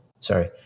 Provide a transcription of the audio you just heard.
sorry